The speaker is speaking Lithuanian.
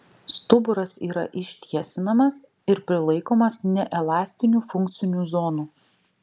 stuburas yra ištiesinamas ir prilaikomas neelastinių funkcinių zonų